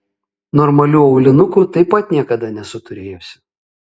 normalių aulinukų taip pat niekada nesu turėjusi